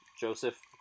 Joseph